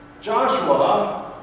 joshua,